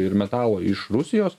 ir metalo iš rusijos